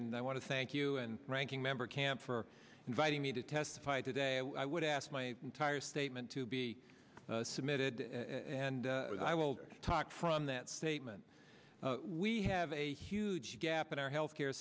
and i want to thank you and ranking member camp for inviting me to testify today i would ask my entire statement to be submitted and i will talk from that statement we have a huge gap in our health care